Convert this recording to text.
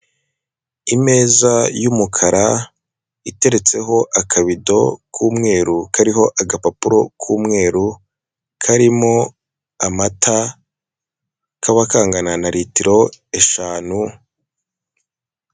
Imeza y'umukara iteretseho akabido k'umweru kariho agapapuro k'umweru, karimo amata k'aba kangana na ritiro eshanu.